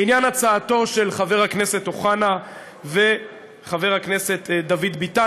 לעניין הצעתם של חבר הכנסת אוחנה וחבר הכנסת דוד ביטן,